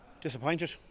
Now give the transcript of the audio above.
Disappointed